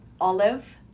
Olive